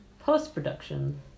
Post-production